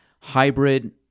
Hybrid